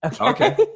Okay